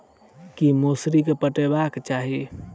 की मौसरी केँ पटेबाक चाहि?